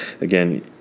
again